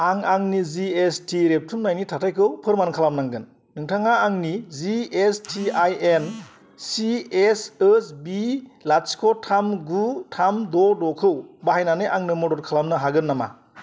आं आंनि G S T रेबथुमनायनि थाथायखौ फोरमान खालामनांगोन नोंथाङा आंनि G S T I N C S S B लाथिख' थाम गु थाम द' द'खौ बाहायनानै आंनो मदद खालामनो हागोन नामा